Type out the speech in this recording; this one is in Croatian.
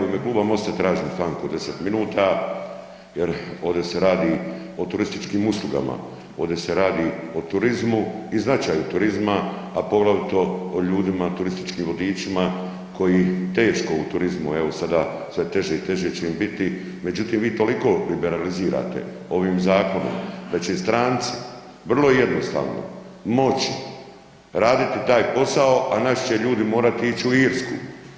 U ime Kluba MOST-a tražim stanku od 10 minuta jer ovdje se radi o turističkim uslugama, ovdje se radi o turizmu i značaju turizma, a poglavito o ljudima turističkim vodičima koji teško u turizmu evo sada sve teže i teže će im biti, međutim vi toliko liberalizirate ovim zakonom da će i stranci vrlo jednostavno moći raditi taj posao, a naši će ljudi morati ići u Irsku.